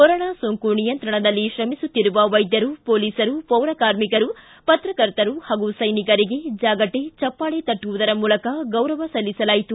corona ಸೋಂಕು ನಿಯಂತ್ರಣದಲ್ಲಿ ಶ್ರಮಿಸುತ್ತಿರುವ ವೈದ್ಯರು ಮೊಲೀಸರು ಪೌರಕಾರ್ಮಿಕರು ಪತ್ರಕರ್ತರು ಹಾಗೂ ಸೈನಿಕರಿಗೆ ಜಾಗಟೆ ಚಪ್ಪಾಳೆ ತಟ್ಟುವುದರ ಮೂಲಕ ಗೌರವ ಸಲ್ಲಿಸಲಾಯಿತು